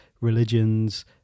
religions